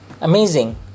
amazing